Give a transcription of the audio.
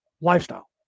lifestyle